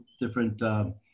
different